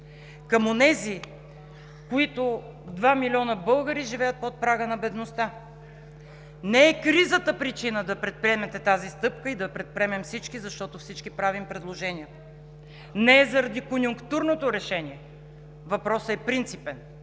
към онези два милиона българи, които живеят под прага на бедността? Не е кризата причина да предприемете тази стъпка и да я предприемем всички, защото всички правим предложения. Не е заради конюнктурното решение. Въпросът е принципен,